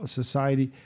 society